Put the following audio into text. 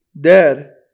dead